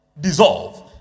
dissolve